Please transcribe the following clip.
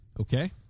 Okay